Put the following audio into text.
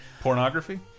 pornography